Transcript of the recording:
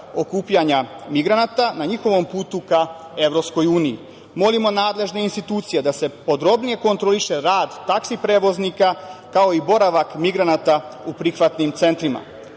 okupljanja migranata na njihovom putu ka EU.Molimo nadležne institucije da se podrobnije kontroliše rad taksi prevoznika, kao i boravak migranata u prihvatnim centrima. Savez